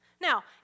Now